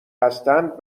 هستند